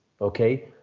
Okay